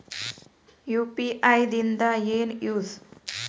UPI ದಿಂದ ಏನು use?